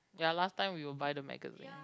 ya last time we will buy the magazine